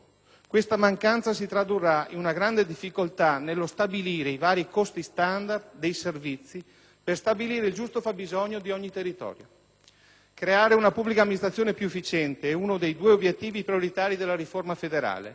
Questa mancanza si tradurrà in una grande difficoltà nello stabilire i vari costi standard dei servizi per stabilire il giusto fabbisogno di ogni territorio. Creare una pubblica amministrazione più efficiente è uno dei due obiettivi prioritari della riforma federale.